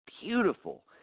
beautiful